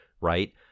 right